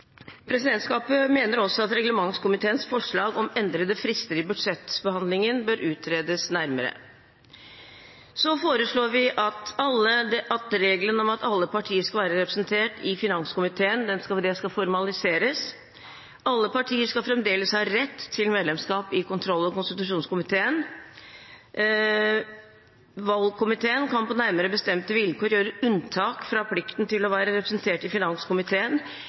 Presidentskapet mener også at reglementskomiteens forslag om endrede frister i budsjettbehandlingen bør utredes nærmere. Så foreslår vi at regelen om at alle partier skal være representert i finanskomiteen, skal formaliseres. Alle partier skal fremdeles ha rett til medlemskap i kontroll- og konstitusjonskomiteen. Valgkomiteen kan på nærmere bestemte vilkår gjøre unntak fra plikten til å være representert i finanskomiteen